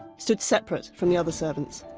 stood separate from the other servants.